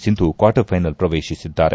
Sindhu quarter final ಪ್ರವೇಶಿಸಿದ್ದಾರೆ